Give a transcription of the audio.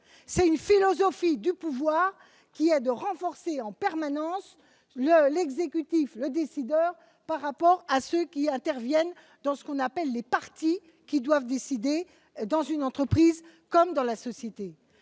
C'est une philosophie du pouvoir qui vise à renforcer en permanence l'exécutif, le décideur par rapport à ceux qui interviennent dans ce qu'on appelle les parties et qui doivent décider dans une entreprise comme dans la société.